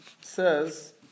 Says